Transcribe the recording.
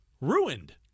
ruined